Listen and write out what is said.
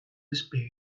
despair